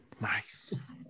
Nice